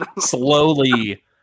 Slowly